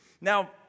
Now